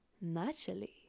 naturally